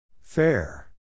Fair